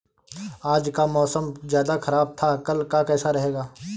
आज का मौसम ज्यादा ख़राब था कल का कैसा रहेगा?